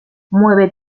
mueve